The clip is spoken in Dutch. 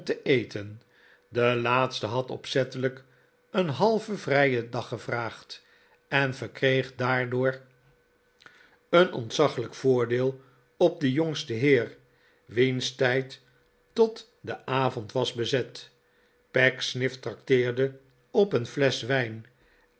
eten de laatste had opzettelijk een halven vrijen dag gevraagd en verkreeg daardoor een ontzaglijk voordeel op den jongsten heer wiens tijd tot den avond was bezet pecksniff tracteerde op een flesch wijn